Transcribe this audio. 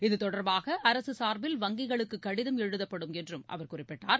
இதுதொடர்பாக அரசு சார்பில் வங்கிகளுக்கு கடிதம் எழுதப்படும் என்றும் அவர் குறிப்பிட்டார்